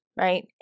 right